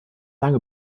lange